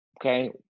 Okay